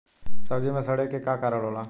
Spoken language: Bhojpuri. सब्जी में सड़े के का कारण होला?